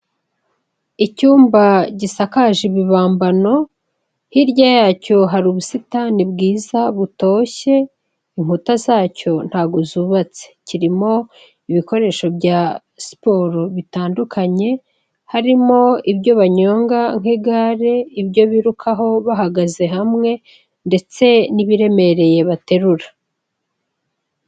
Icyumba gisakaje ibibambano, hirya yacyo hari ubusitani bwiza butoshye, inkuta zacyo ntago zubatse, kirimo ibikoresho bya siporo bitandukanye harimo ibyo banyonga nk'igare, ibyo birukaho bahagaze hamwe ndetse n'ibiremereye baterura.